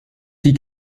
die